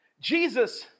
Jesus